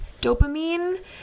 Dopamine